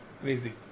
crazy